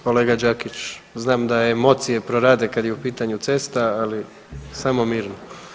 Kolega Đakić znam da emocije prorade kad je u pitanju cesta, ali samo mirno.